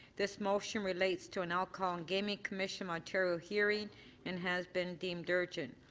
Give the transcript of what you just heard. this motion relates to an alcohol and gaming commission ontario hearing and has been deemed urgent.